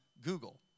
Google